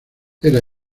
era